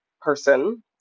person